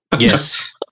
Yes